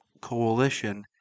coalition